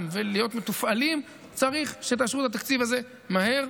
ולהיות מתופעלים צריך שתאשרו את התקציב הזה מהר.